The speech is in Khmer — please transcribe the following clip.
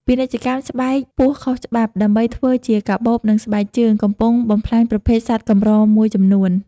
ពាណិជ្ជកម្មស្បែកពស់ខុសច្បាប់ ដើម្បីធ្វើជាកាបូប និងស្បែកជើង កំពុងបំផ្លាញប្រភេទសត្វកម្រមួយចំនួន។